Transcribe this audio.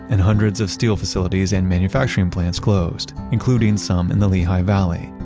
and hundreds of steel facilities and manufacturing plants closed including some in the lehigh valley.